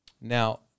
Now